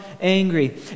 angry